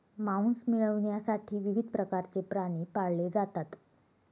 मांस मिळविण्यासाठी विविध प्रकारचे प्राणी पाळले जातात